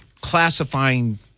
classifying